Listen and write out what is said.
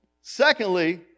Secondly